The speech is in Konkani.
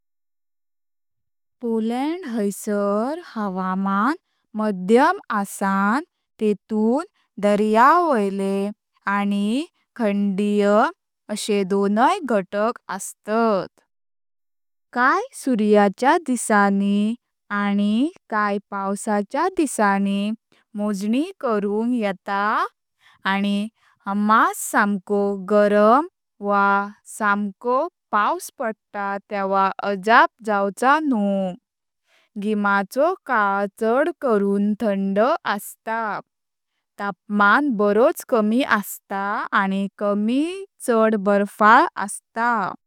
पोलैंड हैसर हवामान मध्यम आसन फाइवेतून दर्या वायले आनी खांडीय अशे दोनय घटक आस्ता। काय सुर्याच्या दिसानी आनी काय पावसाच्या दिसानी मोजनी करूनक येता आनी हामास समको गरम वा समको पावस पडत तेव्हा अजाब जावच न्हू, घिमाचो काल चड करुन थंड आस्ता। तापमान बरोच कमी आस्ता आनी कमी चड बर्फाळ आस्ता।